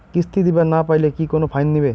কিস্তি দিবার না পাইলে কি কোনো ফাইন নিবে?